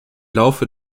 laufe